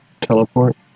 teleport